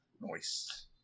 noise